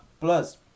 Plus